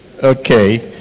okay